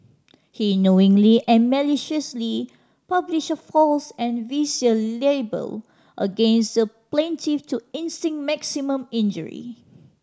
he knowingly and maliciously published a false and vicious libel against the plaintiff to inflict maximum injury